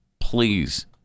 Please